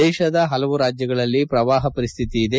ದೇಶದ ಪಲವು ರಾಜ್ಯಗಳಲ್ಲಿ ಪ್ರವಾಪ ಪರಿಶ್ಥಿತಿ ಇದೆ